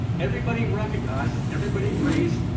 everybody recognizes, everybody agrees,